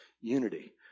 unity